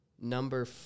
number